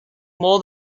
more